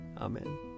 Amen